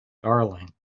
darling